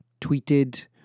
tweeted